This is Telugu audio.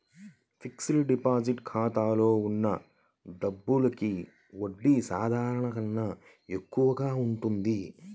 ఫిక్స్డ్ డిపాజిట్ ఖాతాలో ఉన్న డబ్బులకి వడ్డీ సాధారణం కన్నా ఎక్కువగా ఉంటుంది